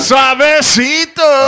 Suavecito